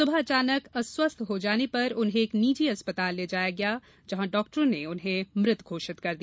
सुबह अचानक अस्वस्थ हो जाने पर उन्हे एक निजी अस्पताल ले जाया गया जहां डाक्टरों ने उन्हें मृत घोषित कर दिया